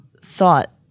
thought